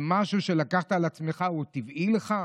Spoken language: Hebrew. זה משהו שלקחת על עצמך, הוא טבעי לך?